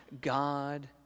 God